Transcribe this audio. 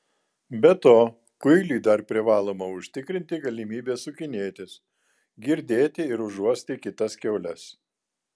be to kuiliui dar privaloma užtikrinti galimybę sukinėtis girdėti ir užuosti kitas kiaules